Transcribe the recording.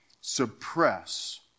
suppress